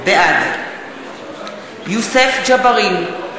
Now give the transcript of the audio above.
בעד יוסף ג'בארין,